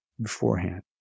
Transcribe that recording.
beforehand